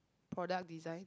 product design